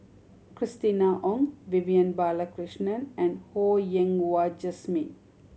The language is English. Christina Ong Vivian Balakrishnan and Ho Yen Wah Jesmine